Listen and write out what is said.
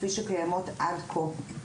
כפי שהן קיימות עד כה.